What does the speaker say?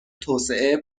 توسعه